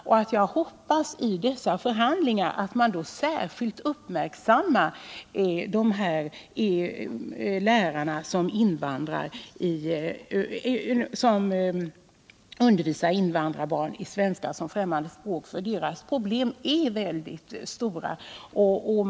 Jag hoppas att man vid dessa förhandlingar särskilt uppmärksammar situationen för de lärare som undervisar invandrarbarn i svenska som främmande språk. Lärarnas problem är mycket stora.